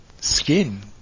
skin